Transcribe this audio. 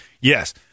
yes